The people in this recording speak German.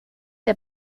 der